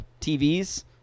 TVs